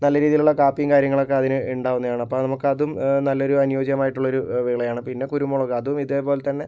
നല്ല രീതിയിലുള്ള കാപ്പിയും കാര്യങ്ങളൊക്കെ അതിന് ഉണ്ടാകുന്നതാണ് അപ്പോൾ നമുക്കതും നമുക്ക് നല്ലൊരു അനുയോജ്യമായിട്ടുള്ളൊരു വിളയാണ് പിന്നെ കുരുമുളക് അതും ഇതേ പോലെതന്നെ